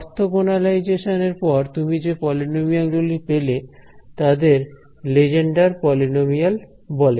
orthogonalisation এর পর তুমি যে পলিনোমিয়াল গুলি পেলে তাদের লেজেন্ডার পলিনোমিয়াল বলে